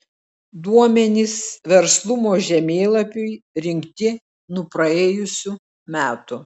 duomenys verslumo žemėlapiui rinkti nuo praėjusių metų